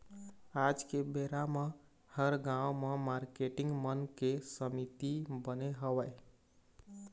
आज के बेरा म हर गाँव म मारकेटिंग मन के समिति बने हवय